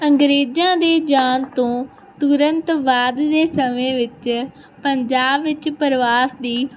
ਅੰਗਰੇਜ਼ਾਂ ਦੇ ਜਾਣ ਤੋਂ ਤੁਰੰਤ ਬਾਅਦ ਦੇ ਸਮੇਂ ਵਿੱਚ ਪੰਜਾਬ ਵਿੱਚ ਪ੍ਰਵਾਸ ਦੀ